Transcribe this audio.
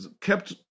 kept